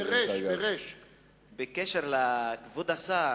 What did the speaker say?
כבוד השר,